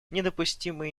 недопустимы